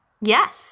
Yes